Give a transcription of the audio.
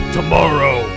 Tomorrow